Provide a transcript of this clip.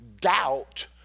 doubt